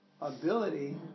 ability